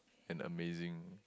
and amazing